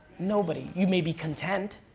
nobody. you may be content.